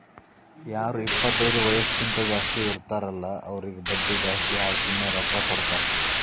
ಯಾರು ಇಪ್ಪತೈದು ವಯಸ್ಸ್ಕಿಂತಾ ಜಾಸ್ತಿ ಇರ್ತಾರ್ ಅಲ್ಲಾ ಅವ್ರಿಗ ಬಡ್ಡಿ ಜಾಸ್ತಿ ಹಾಕಿನೇ ರೊಕ್ಕಾ ಕೊಡ್ತಾರ್